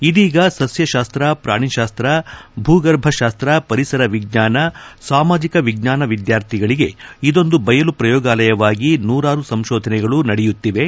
ಇದೀಗ ಸಸ್ಯಕಾಸ್ತ ಪ್ರಾಣಿಶಾಸ್ತ ಭೂಗರ್ಭತಾಸ್ತ ಪರಿಸರವಿಜ್ವಾನ ಸಾಮಾಜಿಕ ವಿಜ್ವಾನ ವಿದ್ಯಾರ್ಥಿಗಳಿಗೆ ಇದೊಂದು ಬಯಲು ಕ್ರಯೋಗಾಲಯವಾಗಿ ನೂರಾರು ಸಂಶೋಧನೆಗಳು ನಡೆಯುತ್ತಿವೆ